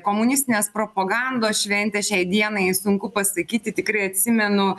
komunistinės propagandos šventė šiai dienai sunku pasakyti tikrai atsimenu